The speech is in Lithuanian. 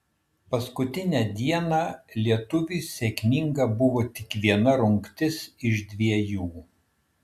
paskutinę dieną lietuviui sėkminga buvo tik viena rungtis iš dvejų